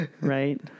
Right